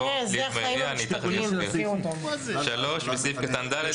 הירייה"; (2)בסעיף קטן (ב),